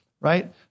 Right